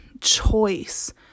choice